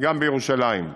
גם בירושלים.